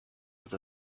with